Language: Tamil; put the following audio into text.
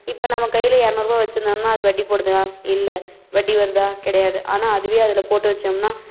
இப்போ நம்ம கையில் இரநூறுவா வச்சுருந்தோம்னா அது வட்டி போடுதா இல்லை வட்டி வருதா கிடையாது ஆனால் அதுவே அதில் போட்டு வச்சோம்னால்